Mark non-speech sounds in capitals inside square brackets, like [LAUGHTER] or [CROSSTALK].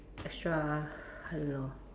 extra [BREATH] I don't know